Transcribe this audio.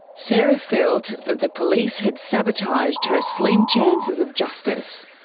sarah felt that the police had sabotaged her slim chances of justice.